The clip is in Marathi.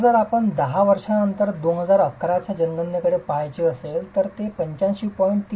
आता जर आपण 10 वर्षांनंतर 2011 च्या जनगणनेकडे पहायचे असेल तर ते 85